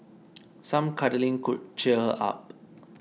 some cuddling could cheer her up